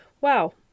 wow